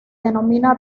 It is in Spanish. denomina